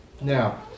Now